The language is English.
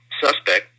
suspect